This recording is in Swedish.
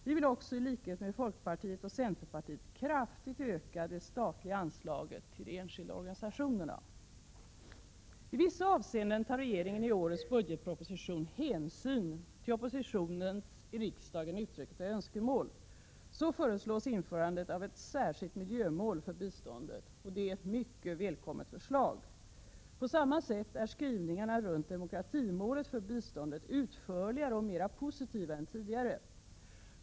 Vi vill också i likhet med folkpartiet och centerpartiet kraftigt öka det statliga anslaget till de enskilda organisationerna. I vissa avseenden tar regeringen i årets budgetproposition hänsyn till oppositionens i riksdagen uttryckta önskemål. Bl. a. föreslås införande av ett särskilt miljömål för biståndet. Det är ett mycket välkommet förslag. På samma sätt är skrivningarna om demokratimålet för biståndet utförligare och mera positiva än tidigare.